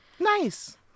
Nice